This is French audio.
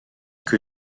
que